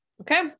Okay